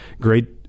great